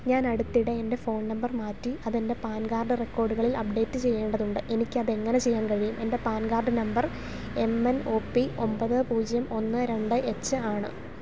ഞാനടുത്തിടെ എൻ്റെ phone number മാറ്റി അതെൻ്റെ പാൻ കാർഡ് റെക്കോർഡുകളിൽ അപ്ഡേറ്റ് ചെയ്യേണ്ടതുണ്ട് എനിക്കതെങ്ങനെ ചെയ്യാൻ കഴിയും എൻ്റെ PAN card number M N O P ഒമ്പത് പൂജ്യം ഒന്ന് രണ്ട് എച്ച് ആണ്